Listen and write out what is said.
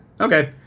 Okay